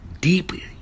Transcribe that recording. deeply